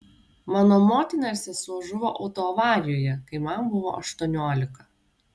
mano motina ir sesuo žuvo autoavarijoje kai man buvo aštuoniolika